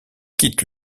quitte